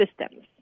systems